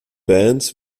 bands